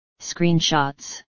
Screenshots